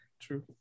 True